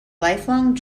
lifelong